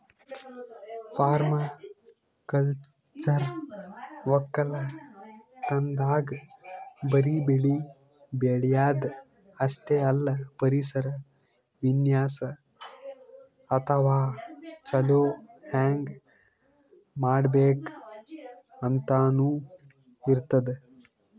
permaculture ವಕ್ಕಲತನ್ದಾಗ್ ಬರಿ ಬೆಳಿ ಬೆಳ್ಯಾದ್ ಅಷ್ಟೇ ಅಲ್ಲ ಪರಿಸರ ವಿನ್ಯಾಸ್ ಅಥವಾ ಛಲೋ ಹೆಂಗ್ ಮಾಡ್ಬೇಕ್ ಅಂತನೂ ಇರ್ತದ್